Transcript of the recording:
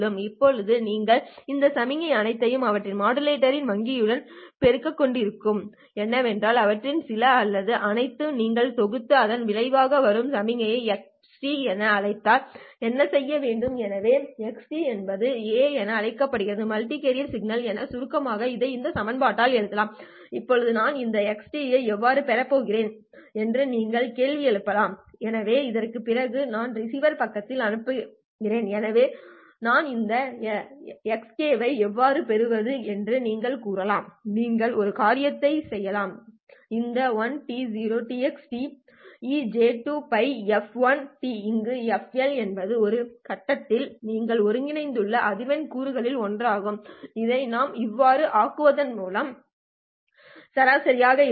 இப்போது நீங்கள் இந்த சமிக்ஞைகள் அனைத்தையும் அவற்றின் மாடுலேட்டர்களின் வங்கியுடன் பெருக்கிக் கொண்டிருப்பது என்னவென்றால் அவற்றில் சில அல்லது அனைத்தையும் நீங்கள் தொகுத்து அதன் விளைவாக வரும் சமிக்ஞையை x என அழைத்தால் என்ன செய்ய வேண்டும் எனவே x என்பது a என அழைக்கப்படுகிறது மல்டி கேரியர் சிக்னல் மற்றும் சுருக்கமாக இதை k0N 1Xkej2πfkt என எழுதலாம் இப்போது நான் இந்த x ஐ எவ்வாறு பெறப் போகிறேன் என்று நீங்கள் கேள்வி எழுப்பலாம் எனவே இதற்குப் பிறகு நீங்கள் ரிசீவர் பக்கத்திற்கு அனுப்பினீர்கள் எனவே நான் இந்த Xk ஐ எவ்வாறு பெறுவது என்று நீங்கள் கூறலாம் நீங்கள் ஒரு காரியத்தைச் செய்யலாம் இந்த 1T0Tx e j2πf1t இங்கு fl என்பது ஒரு காலகட்டத்தில் நீங்கள் ஒருங்கிணைத்துள்ள அதிர்வெண் கூறுகளில் ஒன்றாகும் மேலும் அதை 1T0Tej2πf0tej2π ∆ft ஆக்குவதன் மூலம் சராசரியாக இருக்கும்